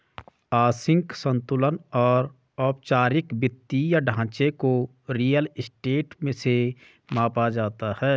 आंशिक संतुलन और औपचारिक वित्तीय ढांचे को रियल स्टेट से मापा जाता है